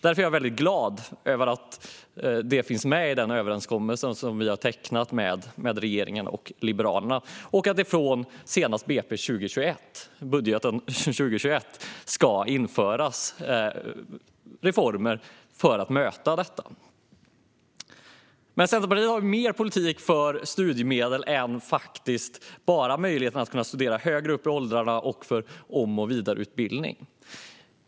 Därför är jag glad över att det finns med i den överenskommelse vi har tecknat med regeringen och Liberalerna. Senast i budgeten 2021 ska reformer införas för att möta detta. Centerpartiet har mer politik för studiemedel än bara möjligheten att studera högre upp i åldrarna och möjligheten till om och vidareutbildning.